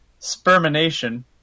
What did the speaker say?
spermination